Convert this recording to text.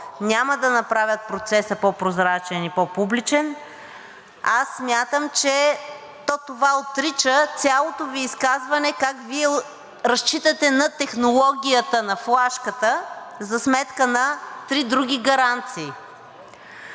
няма да направят процеса по-прозрачен и по-публичен, аз смятам, че това отрича цялото Ви изказване как Вие разчитате на технологията – на флашката, за сметка на три други гаранции.